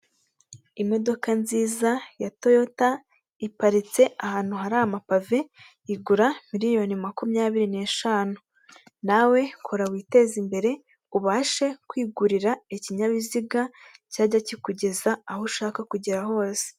Imodoka nziza ya toyota iparitse ahantu hari amapave igura miliyoni makumyabiri neshanu. nawe kora witeze imbere ubashe kwigurira ikinyabiziga cyajya kikugeza aho ushaka kugera hose.